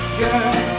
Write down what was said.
girl